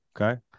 okay